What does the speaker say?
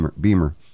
beamer